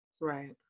Right